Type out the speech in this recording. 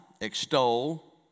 extol